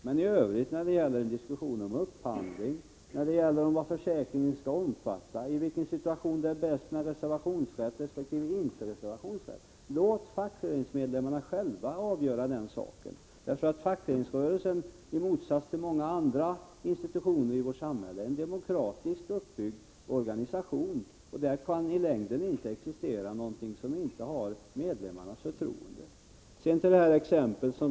Låt fackföreningarnas medlemmar själva avgöra i övrigt när det gäller upphandling, vad försäkringen skall omfatta och i vilken situation det är bäst med reservationsrätt resp. inte reservationsrätt. I motsats till många andra institutioner i vårt samhälle är fackföreningsrörelsen en demokratiskt uppbyggd organisation. Där kan i längden inte existera någonting som inte har medlemmarnas förtroende.